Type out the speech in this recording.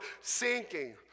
sinking